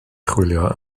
chwilio